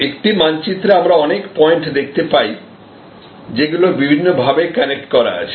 একটা মানচিত্রে আমরা অনেক পয়েন্ট দেখতে পাই যেগুলো বিভিন্ন ভাবে কানেক্ট করা আছে